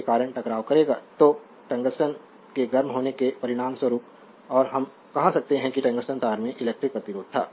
तो तो टंगस्टन के गर्म होने के परिणामस्वरूप और हम कह सकते हैं कि टंगस्टन तार में इलेक्ट्रिक प्रतिरोध था